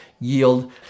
yield